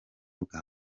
bwa